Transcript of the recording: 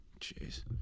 jeez